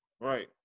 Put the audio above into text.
Right